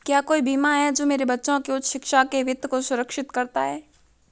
क्या कोई बीमा है जो मेरे बच्चों की उच्च शिक्षा के वित्त को सुरक्षित करता है?